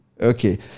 Okay